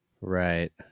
right